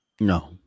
No